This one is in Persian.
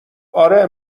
اره